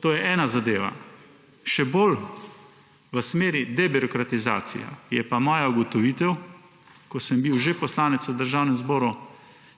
To je ena zadeva. Še bolj v smeri debirokratizacije je pa moja ugotovitev, ko sem bil že poslanec v Državnem zboru,